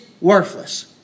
worthless